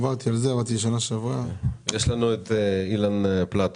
נמצא אתנו ב-זום אילן פלטו,